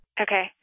Okay